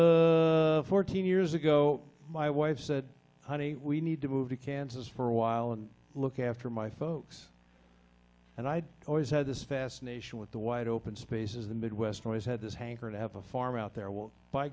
the fourteen years ago my wife said honey we need to move to kansas for a while and look after my folks and i always had this fascination with the wide open spaces the midwest always had this hankering to have a farm out there